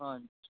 हुन्छ